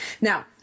now